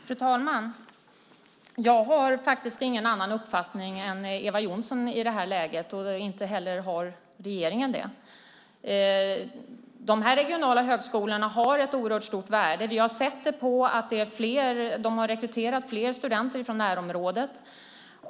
Fru talman! Jag har ingen annan uppfattning än Eva Olofsson i det här läget, och det har inte heller regeringen. Dessa högskolor har ett oerhört stort värde. Vi har sett det på att de har rekryterat fler studenter från närområdet.